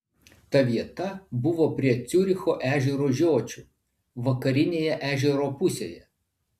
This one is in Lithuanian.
ta vieta buvo prie ciuricho ežero žiočių vakarinėje ežero pusėje